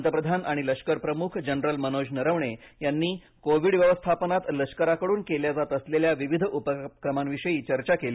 पंतप्रधान आणि लष्करप्रमुख जनरल मनोज नरवणे यांनी कोविड व्यवस्थापनात लष्कराकडून केल्या जात असलेल्या विविध उपक्रमांविषयी चर्चा केली